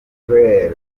umwe